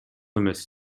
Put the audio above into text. эмес